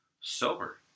sober